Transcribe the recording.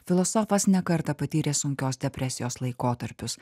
filosofas ne kartą patyrė sunkios depresijos laikotarpius